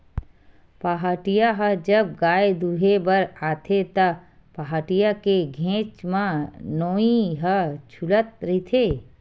पहाटिया ह जब गाय दुहें बर आथे त, पहाटिया के घेंच म नोई ह छूलत रहिथे